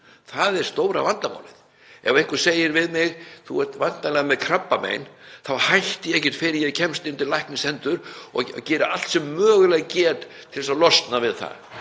Það er stóra vandamálið. Ef einhver segir við mig að ég sé væntanlega með krabbamein þá hætti ég ekkert fyrr en ég kemst undir læknishendur og geri allt sem ég mögulega get til þess að losna við það.